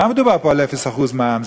מה מדובר פה על אפס אחוז מע"מ?